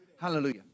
Hallelujah